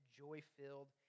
joy-filled